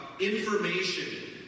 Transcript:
information